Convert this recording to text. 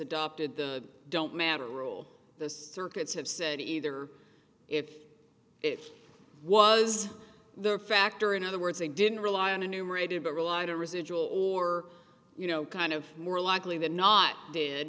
adopted the don't matta rule the circuits have said either if it was the factor in other words they didn't rely on enumerated but relied on residual or you know kind of more likely than not d